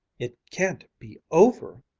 it can't be over!